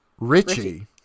Richie